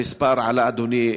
המספר עלה, אדוני.